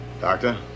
Doctor